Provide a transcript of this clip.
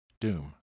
Doom